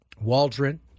Waldron